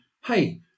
Hey